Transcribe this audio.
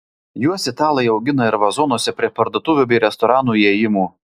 juos italai augina ir vazonuose prie parduotuvių bei restoranų įėjimų